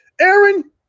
Aaron